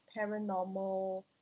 paranormal